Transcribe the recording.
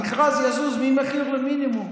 המכרז יזוז עם מחיר מינימום,